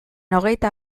hogeita